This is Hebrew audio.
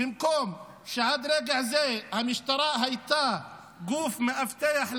במקום שעד רגע זה המשטרה הייתה גוף מאבטח להריסות,